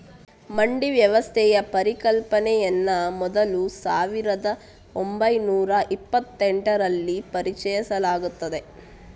ಮಂಡಿ ವ್ಯವಸ್ಥೆಯ ಪರಿಕಲ್ಪನೆಯನ್ನ ಮೊದಲು ಸಾವಿರದ ಒಂಬೈನೂರ ಇಪ್ಪತೆಂಟರಲ್ಲಿ ಪರಿಚಯಿಸಲಾಯ್ತು